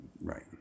Right